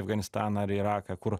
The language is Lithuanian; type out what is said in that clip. afganistaną ar į iraką kur